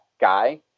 guy